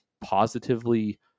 positively